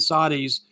Saudis